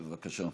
בבקשה.